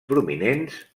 prominents